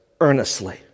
earnestly